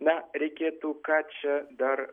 na reikėtų ką čia dar